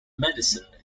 medicine